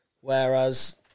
whereas